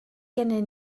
gennym